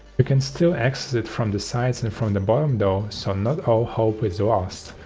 you can still access it from the sides and from the bottom though, so not all hope is lost.